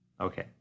Okay